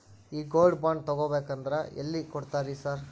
ಈ gold bond ತಗಾಬೇಕಂದ್ರ ಎಲ್ಲಿ ಕೊಡ್ತಾರ ರೇ ಸಾರ್?